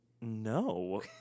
No